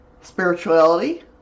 spirituality